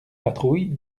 patrouille